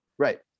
Right